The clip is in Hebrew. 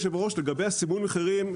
לגבי סימון מחירים,